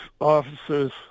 officers